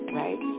right